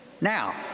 Now